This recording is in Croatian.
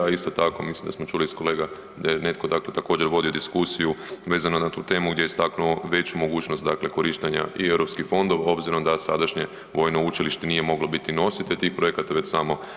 Isto tako, mislim da smo čuli od kolega, da je netko također, vodio diskusiju vezano na tu temu gdje je istaknuo veću mogućnost dakle korištenja i EU fonda, obzirom da sadašnje Vojno učilište nije moglo biti nositelj tih projekata već samo partner.